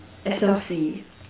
S_L_C